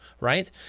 right